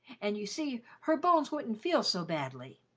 and, you see, her bones wouldn't feel so badly.